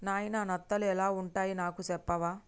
నాయిన నత్తలు ఎలా వుంటాయి నాకు సెప్పవా